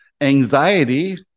anxiety